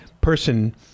person